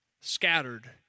scattered